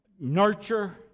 nurture